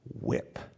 whip